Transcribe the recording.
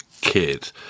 kid